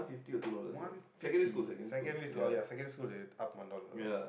one fifty secondary school oh ya secondary school they up one dollar